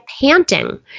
panting